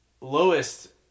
lowest